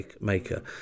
maker